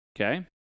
okay